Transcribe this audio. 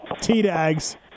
T-Dags